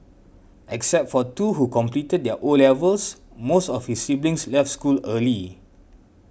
except for two who completed their O levels most of his siblings left school early